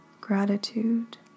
gratitude